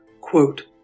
quote